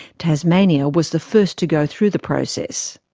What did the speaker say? tasmania was the first to go through the process.